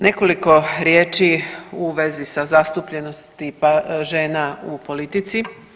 Nekoliko riječi u vezi sa zastupljenosti ženi u politici.